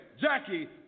Jackie